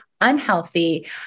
unhealthy